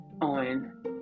on